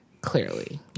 Clearly